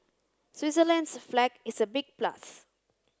switzerland's flag is a big plus